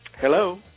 Hello